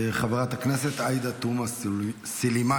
חברת הכנסת עאידה תומא סלימאן.